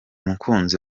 mukunzi